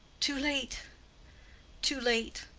too late too late.